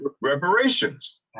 reparations